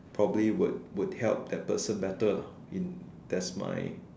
probably would would help that person better lah in that's my